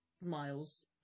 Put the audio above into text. miles